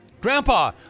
Grandpa